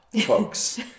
folks